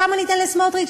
כמה ניתן לסמוטריץ?